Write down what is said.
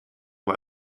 war